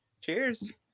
Cheers